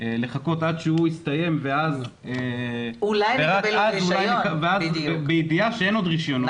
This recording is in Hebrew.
לחכות עד שהוא יסתיים ורק אז אולי --- בידיעה שאין עוד רישיונות,